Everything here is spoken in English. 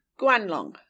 Guanlong